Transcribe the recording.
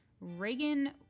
Reagan